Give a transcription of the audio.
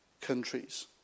countries